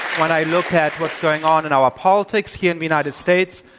when i look at what's going on in our politics here in the united states,